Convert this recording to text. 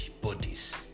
bodies